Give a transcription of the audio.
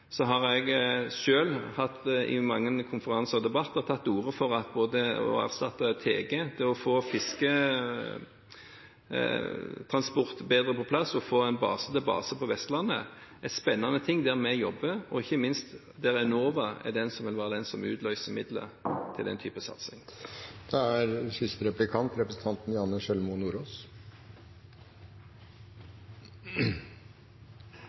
har jeg selv i mange konferanser og debatter tatt til orde for både å erstatte «Tege», få fisketransport bedre på plass og få en base til base på Vestlandet. Det er spennende ting vi jobber med, og ikke minst vil Enova være den som utløser midler til den typen satsing. Som representanten Juvik viste til, fantes det jo en nærskipsfartsstrategi som i liten grad er